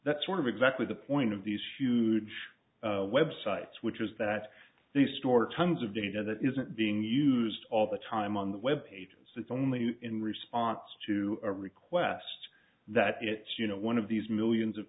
that's one of exactly the point of this huge web sites which is that the store tons of data that isn't being used all the time on the web pages it's only in response to a request that it's you know one of these millions of